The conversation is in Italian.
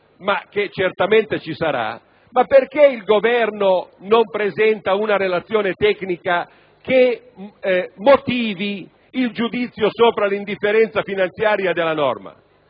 ci sarà), non presenta una relazione tecnica che motivi il giudizio sull'indifferenza finanziaria della norma?